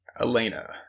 Elena